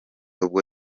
ubwo